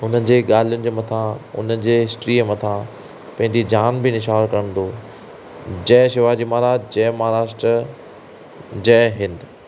हुननि जे ॻाल्हियुनि जे मथां हुनजे हिस्टरीअ मथां पंहिंजी जान बि न्योछावर कंदो जय शिवाजी महाराज जय महाराष्ट्र जय हिंद